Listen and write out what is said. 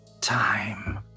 time